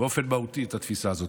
באופן מהותי את התפיסה הזו.